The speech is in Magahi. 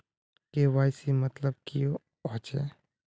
के.वाई.सी मतलब की होचए?